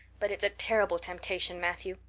but it's a terrible temptation, matthew.